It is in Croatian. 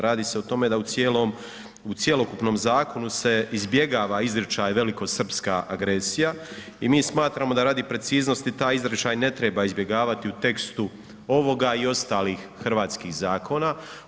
Radi se o tome da u cijelom u cjelokupnom zakonu se izbjegava izričaj velikosrpska agresija i mi smatramo da radi preciznosti taj izričaj ne treba izbjegavati u tekstu ovoga i ostalih hrvatskih zakona.